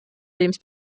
lebens